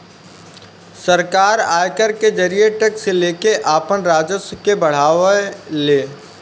सरकार आयकर के जरिए टैक्स लेके आपन राजस्व के बढ़ावे ले